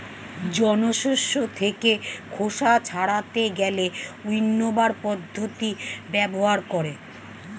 জন শস্য থেকে খোসা ছাড়াতে গেলে উইন্নবার পদ্ধতি ব্যবহার করে